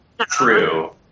true